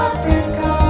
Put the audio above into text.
Africa